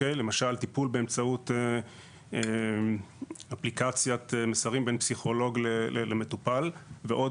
למשל טיפול באמצעות אפליקציית מסרים בין פסיכולוג למטופל ועוד